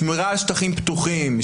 שמירה על שטחים פתוחים,